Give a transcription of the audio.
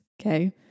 Okay